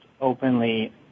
openly